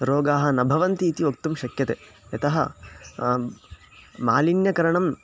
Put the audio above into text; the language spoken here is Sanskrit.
रोगाः न भवन्ति इति वक्तुं शक्यते यतः मालिन्यकरणं